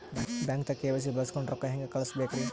ಬ್ಯಾಂಕ್ದಾಗ ಕೆ.ವೈ.ಸಿ ಬಳಸ್ಕೊಂಡ್ ರೊಕ್ಕ ಹೆಂಗ್ ಕಳಸ್ ಬೇಕ್ರಿ?